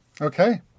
Okay